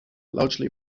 largely